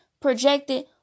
projected